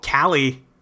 Callie